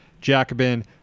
Jacobin